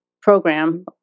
program